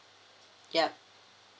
yup